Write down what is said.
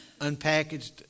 unpackaged